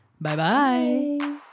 Bye-bye